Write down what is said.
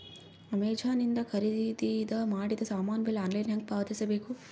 Amazon ಇಂದ ಖರೀದಿದ ಮಾಡಿದ ಸಾಮಾನ ಬಿಲ್ ಆನ್ಲೈನ್ ಹೆಂಗ್ ಪಾವತಿಸ ಬೇಕು?